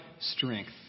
strength